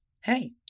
Hey